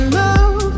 love